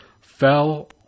fell